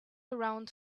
around